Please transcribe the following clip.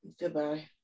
Goodbye